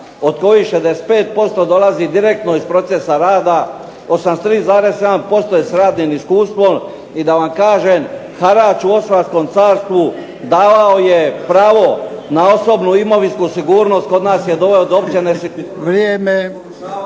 od kojih 65% dolazi direktno iz procesa rada, 83,7% je s radnim iskustvom. I da vam kažem, harač u Osmanskom carstvu davao je pravo na osobnu i imovinsku sigurnost. Kod nas je doveo do opće nesigurnosti